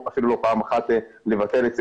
המכרזים של החברה למשק וכלכלה,